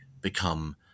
become